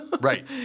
Right